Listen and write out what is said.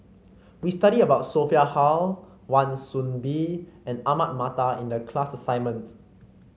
we studied about Sophia Hull Wan Soon Bee and Ahmad Mattar in the class assignment